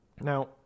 Now